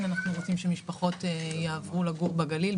אנחנו רוצים שמשפחות יעברו לגור בגליל,